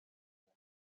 میده